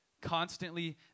Constantly